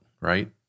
right